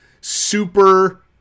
super